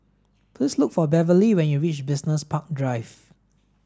please look for Beverly when you reach Business Park Drive